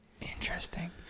Interesting